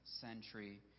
century